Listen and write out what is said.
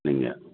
நீங்கள்